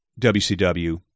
WCW